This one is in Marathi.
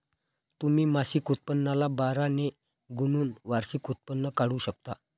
तुम्ही मासिक उत्पन्नाला बारा ने गुणून वार्षिक उत्पन्न काढू शकता